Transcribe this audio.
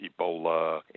Ebola